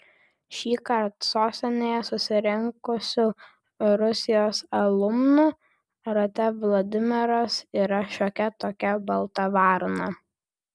šįkart sostinėje susirinkusių rusijos alumnų rate vladimiras yra šiokia tokia balta varna